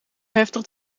heftig